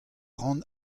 ran